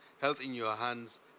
health-in-your-hands